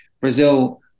Brazil